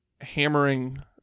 hammering